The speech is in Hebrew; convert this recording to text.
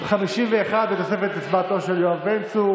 קבוצת סיעת יהדות התורה וקבוצת סיעת